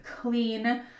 clean